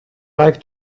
like